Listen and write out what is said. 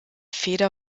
feder